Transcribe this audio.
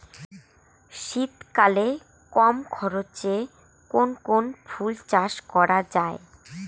শীতকালে কম খরচে কোন কোন ফুল চাষ করা য়ায়?